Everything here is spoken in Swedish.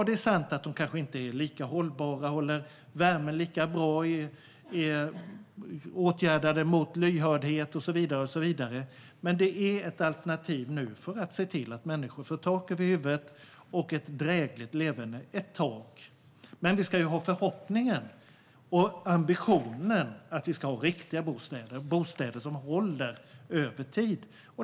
Det är sant att dessa hus kanske inte är lika hållbara, håller värmen lika bra, är åtgärdade mot lyhördhet och så vidare, men det är ett alternativ under ett tag för att människor ska få tak över huvudet och ett drägligt leverne. Förhoppningen och ambitionen är förstås att vi ska ha riktiga bostäder som håller över tid.